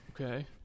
Okay